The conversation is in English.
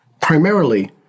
Primarily